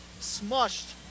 smushed